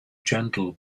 gentle